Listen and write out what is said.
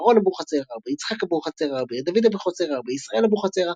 אהרן אבוחצירא רבי יצחק אבוחצירא רבי דוד אבוחצירא רבי ישראל אבוחצירא